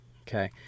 okay